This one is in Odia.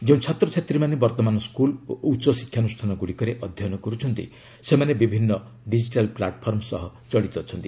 ଯେଉଁ ଛାତ୍ରଛାତ୍ରୀମାନେ ବର୍ତ୍ତମାନ ସ୍କୁଲ୍ ଓ ଉଚ୍ଚ ଶିକ୍ଷାନ୍ରଷ୍ଠାନଗ୍ରଡ଼ିକରେ ଅଧ୍ୟୟନ କର୍ରଛନ୍ତି ସେମାନେ ବିଭିନ୍ନ ଡିଜିଟାଲ୍ ପ୍ଲାଟଫର୍ମ ସହ ଜଡ଼ିତ ଅଛନ୍ତି